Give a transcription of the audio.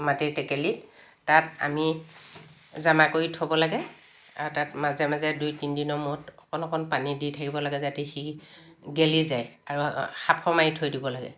মাটিৰ টেকেলি তাত আমি জমা কৰি থ'ব লাগে আৰু তাত মাজে মাজে দুই তিনিদিনৰ মুৰত অকণ অকণ পানী দি থাকিব লাগে যাতে সি গেলি যায় আৰু সাঁফৰ মাৰি থৈ দিব লাগে